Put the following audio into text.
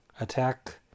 attack